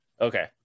Okay